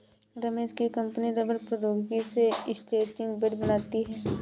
रमेश की कंपनी रबड़ प्रौद्योगिकी से स्ट्रैचिंग बैंड बनाती है